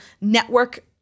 network